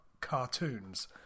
cartoons